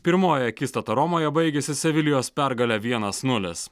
pirmoji akistata romoje baigėsi sevilijos pergale vienas nulis